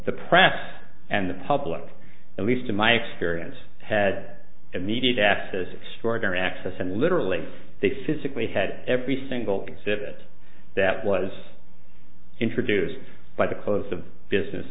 the press and the public at least in my experience had immediate access extraordinary access and literally they physically had every single thing sit that was introduced by the close of business